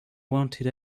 wanted